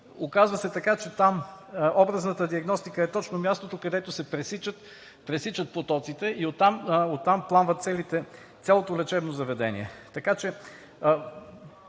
Оказва се така, че там образната диагностика е точно мястото, където се пресичат потоците, и оттам пламва цялото лечебно заведение. Така че